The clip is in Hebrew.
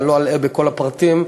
לא אלאה בכל הפרטים,